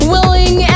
Willing